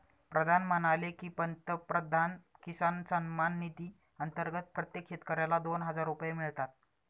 प्रधान म्हणाले की, पंतप्रधान किसान सन्मान निधी अंतर्गत प्रत्येक शेतकऱ्याला दोन हजार रुपये मिळतात